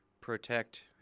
protect